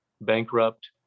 bankrupt